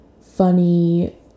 funny